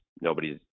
Nobody's